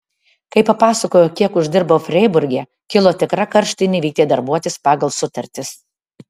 kai papasakojau kiek uždirbau freiburge kilo tikra karštinė vykti darbuotis pagal sutartis